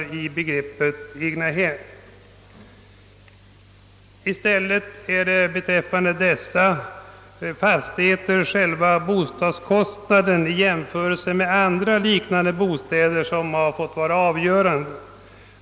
För dessa fastigheter har i stället de beräknade bostadskostnaderna — man har därvid jämfört med kostnaderna för andra liknande bostäder — kommit att bli avgörande för beskattningen.